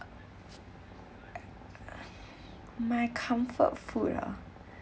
my comfort food uh